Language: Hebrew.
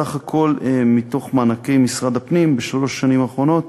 סך הכול מתוך מענקי משרד הפנים בשלוש השנים האחרונות,